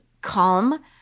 calm